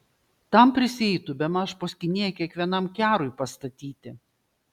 tam prisieitų bemaž po skynėją kiekvienam kerui pastatyti